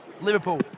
Liverpool